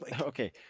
okay